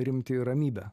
rimtį ramybę